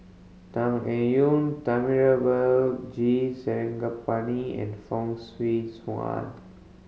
Tan Eng Yoon Thamizhavel G Sarangapani and Fong Swee Suan